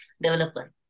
developer